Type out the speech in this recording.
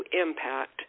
impact